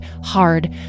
hard